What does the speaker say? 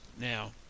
Now